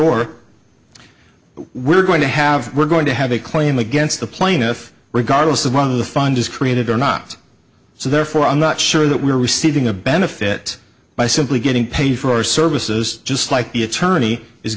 gore we're going to have we're going to have a claim against the plaintiff regardless of one of the fund is created or not so therefore i'm not sure that we are receiving a benefit by simply getting paid for our services just like the attorney is